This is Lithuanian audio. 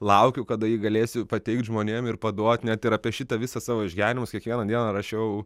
laukiu kada jį galėsiu pateikt žmonėm ir paduot net ir apie šitą visą savo išgyvenimus kiekvieną dieną rašiau